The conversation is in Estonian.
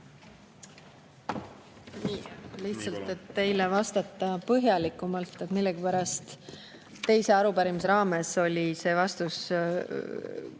Lihtsalt, et teile vastata põhjalikumalt. Millegipärast teise arupärimise raames oli see vastus